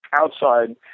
outside